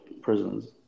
prisons